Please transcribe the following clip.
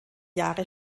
jahre